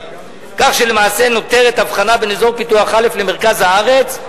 כך שלמעשה נותרת הבחנה בין אזור פיתוח א' למרכז הארץ,